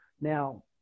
Now